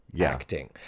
acting